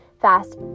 fast